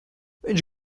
viņš